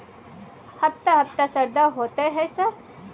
हफ्ता हफ्ता शरदा होतय है सर?